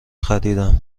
خریدم